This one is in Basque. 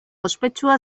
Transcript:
ospetsua